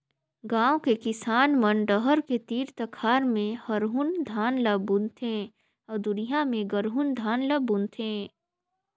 गांव के किसान मन डहर के तीर तखार में हरहून धान ल बुन थें अउ दूरिहा में गरहून धान ल बून थे